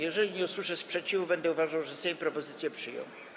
Jeżeli nie usłyszę sprzeciwu, będę uważał, że Sejm propozycję przyjął.